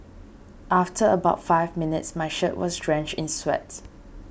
after about five minutes my shirt was drenched in sweat